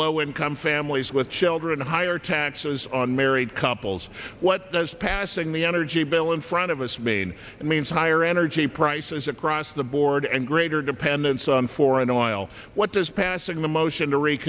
low income families with children higher taxes on married couples what does passing the energy bill in front of us mean it means higher energy prices across the board and greater dependence on foreign oil what does passing the motion to re